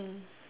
mm